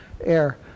air